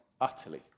utterly